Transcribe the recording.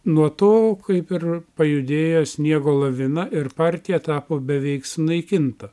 nuo to kaip ir pajudėjo sniego lavina ir partija tapo beveik sunaikinta